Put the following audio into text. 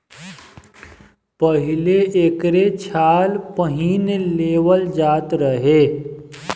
पहिले एकरे छाल पहिन लेवल जात रहे